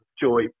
Joy